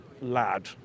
lad